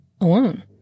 alone